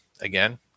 Again